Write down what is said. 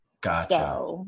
gotcha